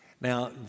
Now